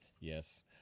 Yes